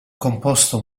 composto